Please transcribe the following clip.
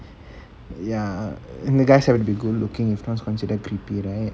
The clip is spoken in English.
ya and the guys have to be good looking if not is considered creepy right